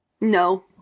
No